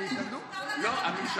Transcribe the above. משה אבוטבול, בעד